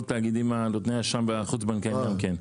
התאגידים נותני האשראי החוץ בנקאיים גם כן.